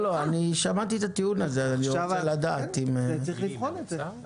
צריך לבחון את זה.